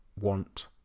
want